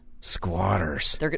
Squatters